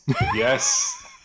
yes